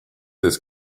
this